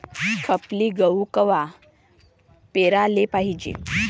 खपली गहू कवा पेराले पायजे?